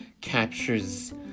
captures